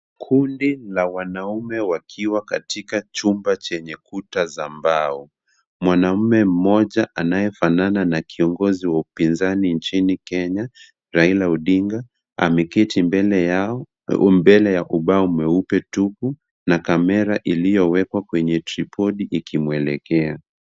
Kundi la wanaume wakiwa katika chumba chenye kuta za mbao. Mwanaume mmoja anayefanana na kiongozi wa upinzani nchini Kenya Raila Odinga, ameketi mbele yao, mbele ya ubao mweupe tupu na kamera iliyowekwa kwenye tripodi ikimuelekea.